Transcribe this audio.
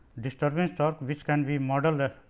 disturbance torque which can be model that